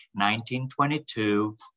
1922